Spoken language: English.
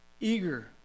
eager